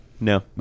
No